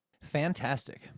Fantastic